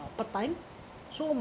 per-time so my